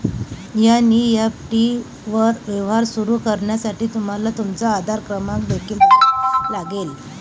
NEFT वर व्यवहार सुरू करण्यासाठी तुम्हाला तुमचा आधार क्रमांक देखील द्यावा लागेल